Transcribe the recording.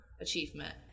achievement